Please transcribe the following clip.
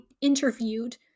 interviewed